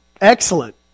excellent